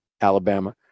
Alabama